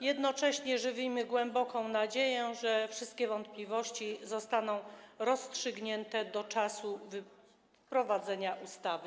Jednocześnie żywimy głęboką nadzieję, że wszystkie wątpliwości zostaną rozstrzygnięte do czasu wprowadzenia ustawy.